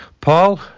Paul